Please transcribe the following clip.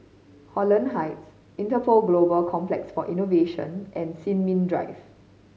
Holland Heights Interpol Global Complex for Innovation and Sin Ming Drive